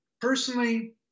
Personally